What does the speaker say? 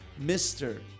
Mr